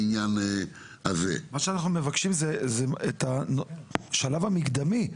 מה שאנחנו מבקשים כרגע זה את השלב המקדמי.